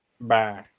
Bye